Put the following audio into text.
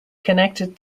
connected